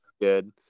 good